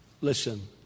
listen